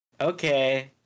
Okay